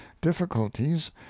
difficulties